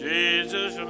Jesus